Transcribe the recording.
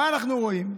מה אנחנו רואים?